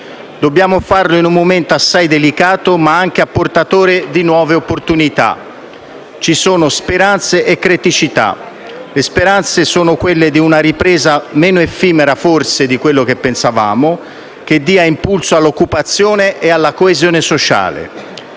Dobbiamo farlo in un momento assai delicato, ma anche portatore di nuove opportunità. Ci sono speranze e criticità. Le speranze sono quelle di una ripresa meno effimera forse di quello che pensavamo, che dia impulso all'occupazione e alla coesione sociale,